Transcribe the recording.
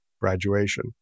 graduation